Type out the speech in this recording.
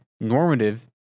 normative